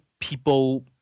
people